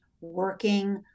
working